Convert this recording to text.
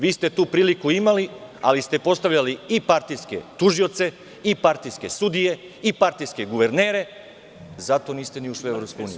Vi ste tu priliku imali ali ste postavljali i partijske tužioce i partijske sudije i partijske guvernere i zato niste ušli u EU.